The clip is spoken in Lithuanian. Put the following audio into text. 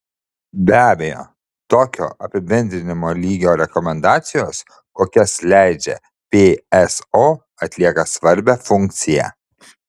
be abejo tokio apibendrinimo lygio rekomendacijos kokias leidžia pso atlieka svarbią funkciją